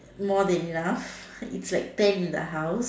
more than enough it's like ten in the house